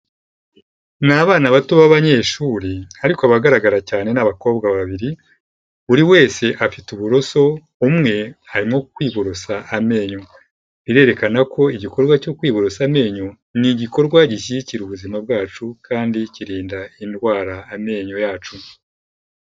Ni abana bato b'abanyeshuri ariko abagaragara cyane ni abakobwa babiri, buri wese afite uburoso, umwe arimo kwiborosa amenyo, birerekana ko igikorwa cyo kwiborosa amenyo ni igikorwa gishyigikira ubuzima bwacu kandi kirinda indwara amenyo yacu.